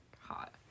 hot